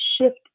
shift